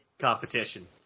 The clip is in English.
competition